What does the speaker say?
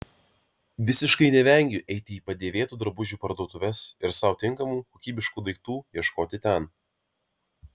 visiškai nevengiu eiti į padėvėtų drabužių parduotuves ir sau tinkamų kokybiškų daiktų ieškoti ten